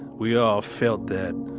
we all felt that,